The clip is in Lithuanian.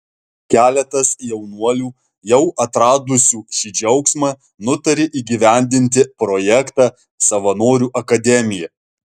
keletas jaunuolių jau atradusių šį džiaugsmą nutarė įgyvendinti projektą savanorių akademija